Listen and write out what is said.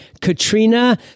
Katrina